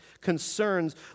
concerns